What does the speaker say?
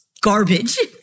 garbage